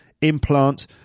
implant